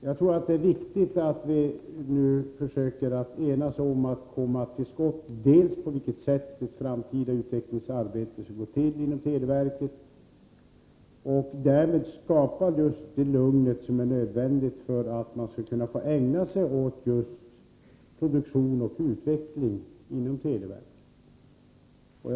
Jag tror att det är viktigt att nu försöka enas om att komma till skott beträffande hur det framtida utvecklingsarbetet inom televerket skall gå till, för att därmed skapa just det lugn som är nödvändigt för att man skall kunna ägna sig åt produktion och utveckling inom televerket.